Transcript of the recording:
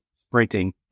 sprinting